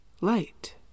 light